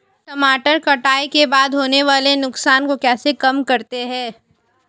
टमाटर कटाई के बाद होने वाले नुकसान को कैसे कम करते हैं?